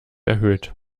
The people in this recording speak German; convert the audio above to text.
erhöht